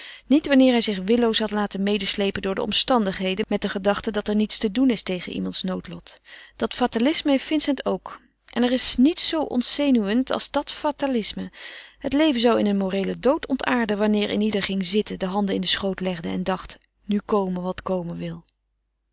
niet wanneer hij zich willoos had laten medesleepen door de omstandigheden met de gedachte dat er niets te doen is tegen iemands noodlot dat fatalisme heeft vincent ook en er is niets zoo ontzenuwend als dat fatalisme het leven zou in een moreelen dood ontaarden wanneer een ieder ging zitten de handen in den schoot legde en dacht nu kome wat komen wil